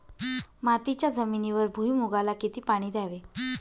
मातीच्या जमिनीवर भुईमूगाला किती पाणी द्यावे?